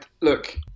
Look